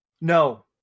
No